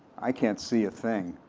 i can't see a thing.